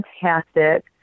fantastic